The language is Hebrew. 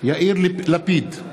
יאיר לפיד,